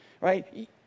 right